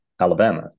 Alabama